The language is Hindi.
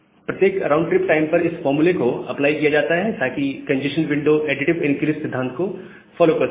प्रत्येक राउंड ट्रिप टाइम पर इस फार्मूले को अप्लाई किया जाता है ताकि कंजेस्शन विंडो एडिटिव इनक्रीस सिद्धांत को फॉलो कर सके